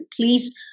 please